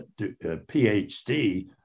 PhD